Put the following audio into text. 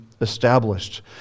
established